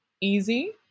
easy